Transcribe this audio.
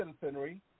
citizenry